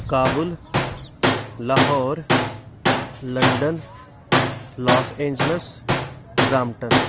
Kabul Lahore London Los Angeles Brampton